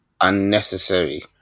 Unnecessary